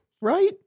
right